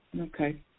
Okay